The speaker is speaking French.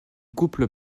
couple